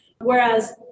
Whereas